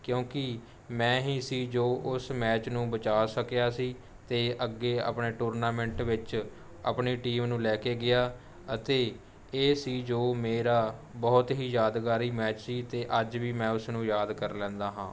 ਕਿਉਂਕਿ ਮੈਂ ਹੀ ਸੀ ਜੋ ਉਸ ਮੈਚ ਨੂੰ ਬਚਾ ਸਕਿਆ ਸੀ ਅਤੇ ਅੱਗੇ ਆਪਣੇ ਟੂਰਨਾਮੈਂਟ ਵਿੱਚ ਆਪਣੀ ਟੀਮ ਨੂੰ ਲੈ ਕੇ ਗਿਆ ਅਤੇ ਇਹ ਸੀ ਜੋ ਮੇਰਾ ਬਹੁਤ ਹੀ ਯਾਦਗਾਰੀ ਮੈਚ ਸੀ ਅਤੇ ਅੱਜ ਵੀ ਮੈਂ ਉਸਨੂੰ ਯਾਦ ਕਰ ਲੈਂਦਾ ਹਾਂ